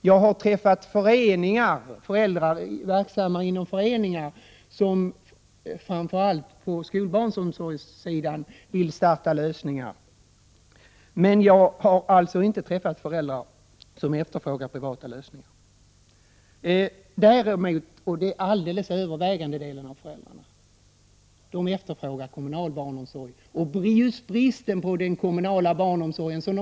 Jag har träffat föräldrar verksamma inom föreningar, som vill åstadkomma lösningar framför allt när det gäller skolbarnsomsorg. Men jag har alltså inte träffat föräldrar som efterfrågar privata lösningar. Däremot efterfrågar den alldeles övervägande delen av föräldrarna kommunal barnomsorg. Det är just bristen på kommunal barnomsorg som de lägger märke till.